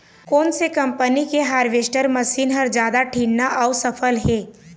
कोन से कम्पनी के हारवेस्टर मशीन हर जादा ठीन्ना अऊ सफल हे?